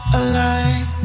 align